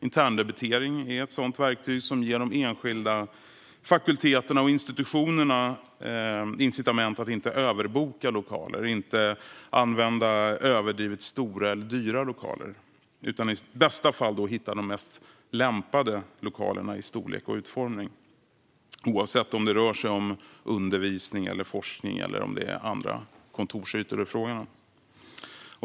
Interndebitering är ett sådant verktyg som ger de enskilda fakulteterna och institutionerna incitament att inte överboka lokaler, inte använda överdrivet stora eller dyra lokaler utan i bästa fall hitta de mest lämpade lokalerna i storlek och utformning, oavsett om det rör sig om undervisning eller forskning eller om det är fråga om andra kontorsytor.